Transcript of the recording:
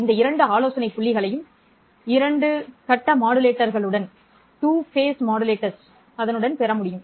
இந்த இரண்டு ஆலோசனை புள்ளிகளையும் 2 கட்ட மாடுலேட்டர்களுடன் பெறுவேன்